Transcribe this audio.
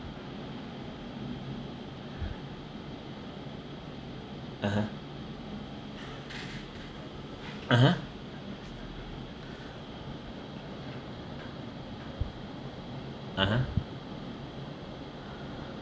(uh huh) (uh huh) (uh huh)